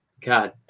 God